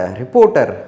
reporter